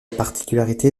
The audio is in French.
particularité